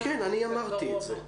כן, אמרתי את זה.